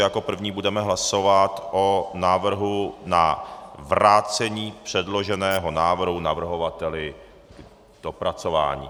Jako první budeme hlasovat o návrhu na vrácení předloženého návrhu navrhovateli k dopracování.